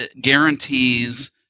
guarantees